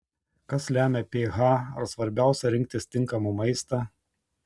kas lemia ph ar svarbiausia rinktis tinkamą maistą